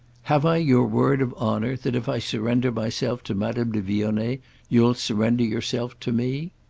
have i your word of honour that if i surrender myself to madame de vionnet you'll surrender yourself to me?